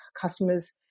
customers